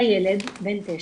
"הילד, בן תשע,